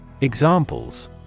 Examples